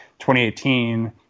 2018